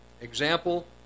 example